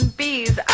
bees